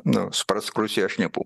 nu suprask rusijos šnipų